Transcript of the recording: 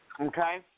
Okay